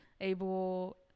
Abel